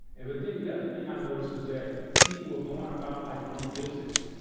and but then the other thing i noticed was that people were going about like normal business.